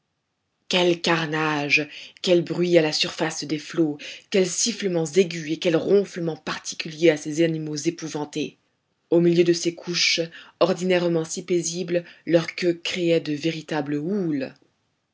quel carnage quel bruit à la surface des flots quels sifflements aigus et quels ronflements particuliers à ces animaux épouvantés au milieu de ces couches ordinairement si paisibles leur queue créait de véritables houles